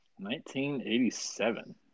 1987